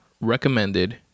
recommended